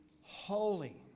holy